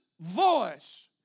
voice